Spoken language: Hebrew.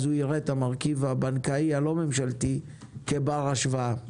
והוא יראה את המרכיב הבנקאי הלא ממשלתי שבר השוואה.